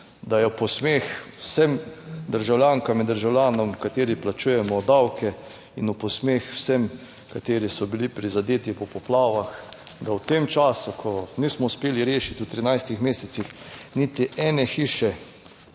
da je v posmeh vsem državljankam in državljanom, kateri plačujemo davke in v posmeh vsem, kateri so bili prizadeti po poplavah, da v tem času, ko nismo uspeli rešiti v 13 mesecih niti ene hiše,